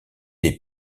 des